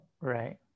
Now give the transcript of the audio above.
right